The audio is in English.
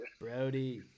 brody